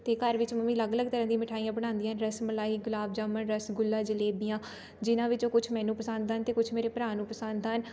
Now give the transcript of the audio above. ਅਤੇ ਘਰ ਵਿੱਚ ਮੰਮੀ ਅਲੱਗ ਅਲੱਗ ਤਰ੍ਹਾਂ ਦੀਆਂ ਮਿਠਾਈਆਂ ਬਣਾਉਂਦੀਆਂ ਰਸ ਮਲਾਈ ਗੁਲਾਬ ਜਾਮੁਨ ਰਸਗੁੱਲਾ ਜਲੇਬੀਆਂ ਜਿਹਨਾਂ ਵਿੱਚੋਂ ਕੁਛ ਮੈਨੂੰ ਪਸੰਦ ਹਨ ਅਤੇ ਕੁਛ ਮੇਰੇ ਭਰਾ ਨੂੰ ਪਸੰਦ ਹਨ